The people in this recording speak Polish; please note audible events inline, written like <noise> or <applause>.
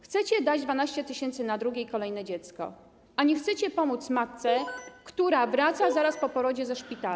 Chcecie dać 12 tys. na drugie i kolejne dziecko, a nie chcecie pomóc matce, <noise> która wraca zaraz po porodzie ze szpitala.